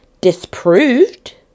disproved